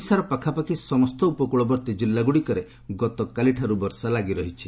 ଓଡ଼ିଶାର ପାଖାପାଖି ସମସ୍ତ ଉପକୂଳବର୍ତ୍ତୀ ଜିଲ୍ଲାଗୁଡ଼ିକରେ ଗତକାଲିଠାରୁ ବର୍ଷା ଲାଗିରହିଛି